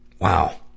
Wow